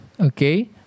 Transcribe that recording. okay